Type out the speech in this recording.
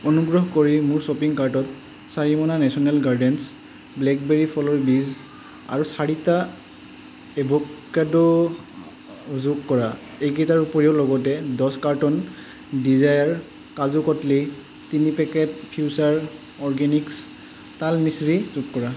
অনুগ্ৰহ কৰি মোৰ শ্বপিং কাৰ্টত চাৰি মোনা নেচনেল গাৰ্ডেনছ্ ব্লেকবেৰী ফলৰ বীজ আৰু চাৰিটা এভ'কাড' যোগ কৰা এইকেইটাৰ উপৰিও লগতে দহ কাৰ্টন ডিজায়াৰ কাজু কট্লী তিনি পেকেট ফিউচাৰ অৰ্গেনিক্ছ তাল মিচিৰি যোগ কৰা